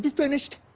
finished?